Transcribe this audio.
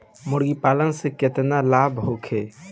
मुर्गीपालन से केतना लाभ होखे?